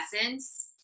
essence